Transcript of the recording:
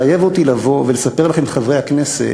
מחייב אותי לבוא ולספר לכם, חברי הכנסת,